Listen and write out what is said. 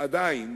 היא עדיין